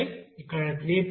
5 ఇక్కడ 3